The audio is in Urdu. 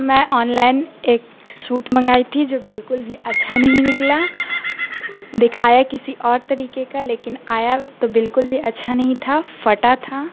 میں آن لائن ایک سوٹ منگائی تھی جو بالکل بھی اچھا نہیں نکلا دکھایا کسی اور طریقے کا لیکن آیا تو بالکل بھی اچھا نہیں تھا پھٹا تھا